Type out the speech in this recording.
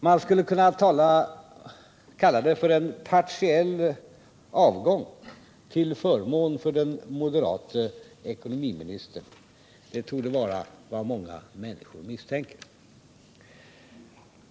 Man skulle kunna kalla det för en partiell avgång till förmån för den moderate ekonomiministern. Det torde vara vad många människor misstänker.